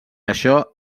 això